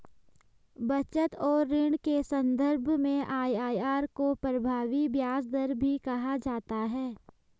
बचत और ऋण के सन्दर्भ में आई.आई.आर को प्रभावी ब्याज दर भी कहा जाता है